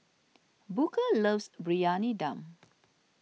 Booker loves Briyani Dum